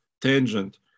tangent